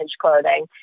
clothing